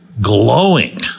glowing